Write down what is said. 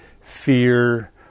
fear